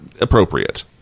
appropriate